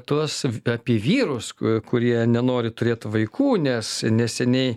tuos apie vyrus kurie nenori turėt vaikų nes neseniai